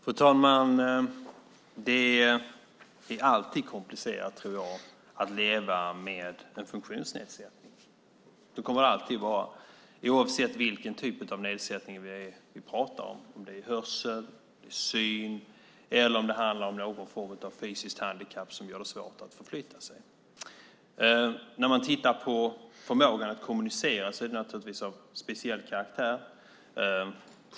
Fru talman! Jag tror att det alltid är komplicerat att leva med en funktionsnedsättning. Så kommer det alltid att vara oavsett vilken typ av funktionsnedsättning som vi talar om, om det är hörsel, syn eller om det handlar om någon form av fysiskt handikapp som gör det svårt att förflytta sig. Förmågan att kommunicera är naturligtvis av speciell karaktär.